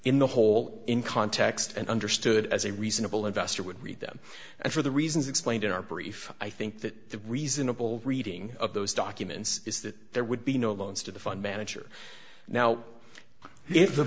in the whole in context and understood as a reasonable investor would read them and for the reasons explained in our brief i think that the reasonable reading of those documents is that there would be no loans to the fund manager now